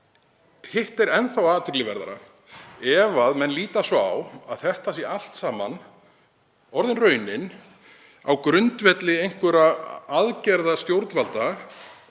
Hitt er enn athyglisverðara ef menn líta svo á að þetta sé allt saman orðin raunin á grundvelli aðgerða stjórnvalda